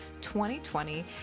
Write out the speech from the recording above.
2020